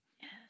Yes